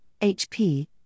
HP